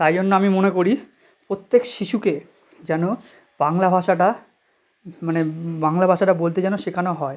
তাই জন্য আমি মনে করি প্রত্যেক শিশুকে যেন বাংলা ভাষাটা মানে বাংলা ভাষাটা বলতে যেন শেখানো হয়